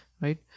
right